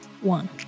one